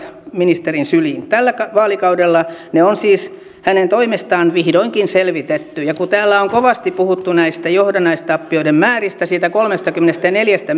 ministerin syliin tällä vaalikaudella ne on siis hänen toimestaan vihdoinkin selvitetty ja kun täällä on kovasti puhuttu näistä johdannaistappioiden määristä siitä kolmestakymmenestäneljästä